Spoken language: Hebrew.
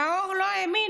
נאור לא האמין.